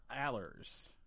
Allers